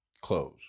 close